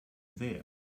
there